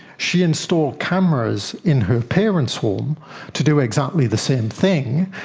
she installed cameras in her parents' home to do exactly the same thing,